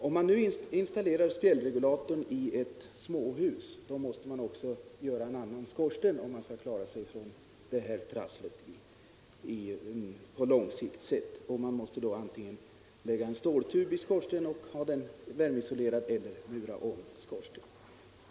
Om man installerar en spjällregulator i ett småhus, måste man också göra om skorstenen för att klara sig från det här problemet på lång sikt. Man måste antingen lägga in en värmeisolerad ståltub i skorstenen eller mura om den.